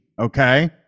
Okay